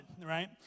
Right